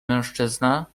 mężczyzna